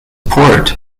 port